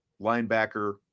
linebacker